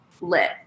lit